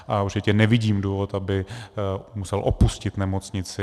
A určitě nevidím důvod, aby musel opustit nemocnici.